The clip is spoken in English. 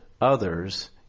others